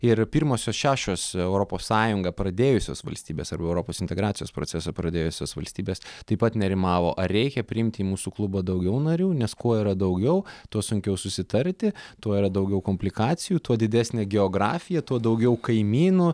ir pirmosios šešios europos sąjungą pradėjusios valstybės arba europos integracijos procesą pradėjusios valstybės taip pat nerimavo ar reikia priimt į mūsų klubą daugiau narių nes kuo yra daugiau tuo sunkiau susitarti tuo yra daugiau komplikacijų tuo didesnė geografija tuo daugiau kaimynų